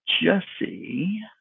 Jesse